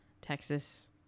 Texas